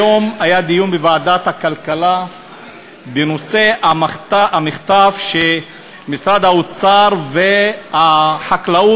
היום היה דיון בוועדת הכלכלה בנושא המחטף שמשרדי האוצר והחקלאות